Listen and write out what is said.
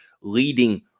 leading